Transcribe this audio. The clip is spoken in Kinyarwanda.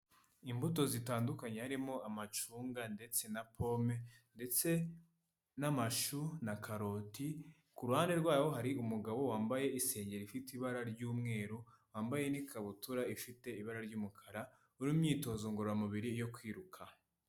Imbuto zitandukanye, harimo amacunga, ndetse na pome, ndetse n'amashu, na karoti, ku ruhande rwayo ho hari umugabo wambaye isengeri ifite ibara ry'umweru, wambaye n'ikabutura ifite ibara ry'umukara, uri mu myitozo ngororamubiri yo kwiruka.